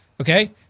Okay